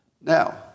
Now